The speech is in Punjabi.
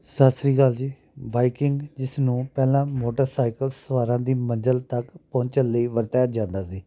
ਸਤਿ ਸ਼੍ਰੀ ਅਕਾਲ ਜੀ ਬਾਈਕਿੰਗ ਜਿਸ ਨੂੰ ਪਹਿਲਾਂ ਮੋਟਰਸਾਈਕਲ ਸਵਾਰਾਂ ਦੀ ਮੰਜ਼ਿਲ ਤੱਕ ਪਹੁੰਚਣ ਲਈ ਵਰਤਿਆ ਜਾਂਦਾ ਸੀ